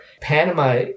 panama